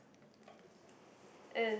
and